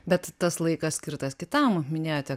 bet tas laikas skirtas kitam minėjote